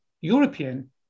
European